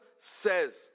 says